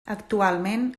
actualment